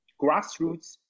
grassroots